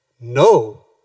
No